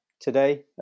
today